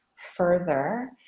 further